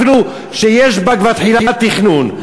אפילו שיש בה כבר תחילת תכנון,